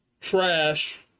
trash